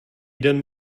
den